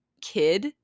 kid